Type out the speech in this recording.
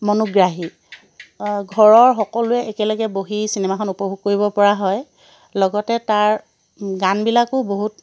মনোগ্ৰাহী ঘৰৰ সকলোৱে একেলগে বহি চিনেমাখন উপভোগ কৰিব পৰা হয় লগতে তাৰ গানবিলাকো বহুত